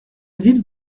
ville